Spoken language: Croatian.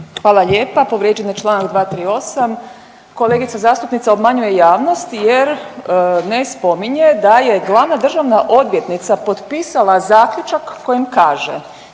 Hvala lijepa. Povrijeđen je čl. 238., kolegica zastupnica obmanjuje javnost jer ne spominje da je glavna državna odvjetnica potpisala zaključak kojim kaže